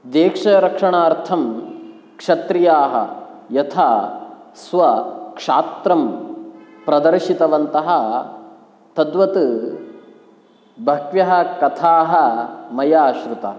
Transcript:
देशरक्षणार्थं क्षत्रियाः यथा स्वक्षात्रं प्रदर्शितवन्तः तद्वत् बह्व्यः कथाः मया श्रुता